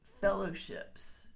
Fellowships